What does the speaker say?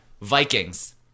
Vikings